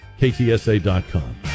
KTSA.com